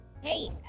Hey